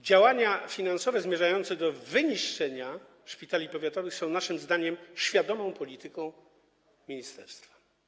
Działania finansowe zmierzające do wyniszczenia szpitali powiatowych są naszym zdaniem świadomą polityką ministerstwa.